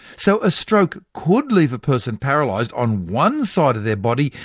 so, a stroke could leave a person paralysed on one side of their body,